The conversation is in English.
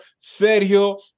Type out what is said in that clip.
Sergio